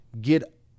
get